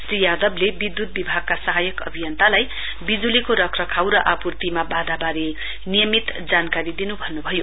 श्री यादवले विद्युत विभागका सहायक अभियन्तालाई विजुलीको रखरखाउ र आपुर्तिमा वाधाबारे नियमित जानकारी दिनु भन्नुभयो